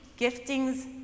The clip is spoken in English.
giftings